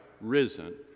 risen